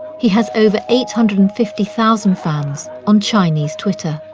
he has over eight hundred and fifty thousand fans on chinese twitter.